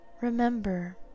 remember